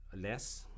less